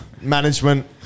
management